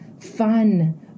fun